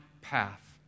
path